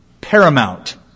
Paramount